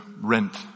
rent